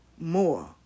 more